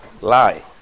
lie